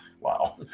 wow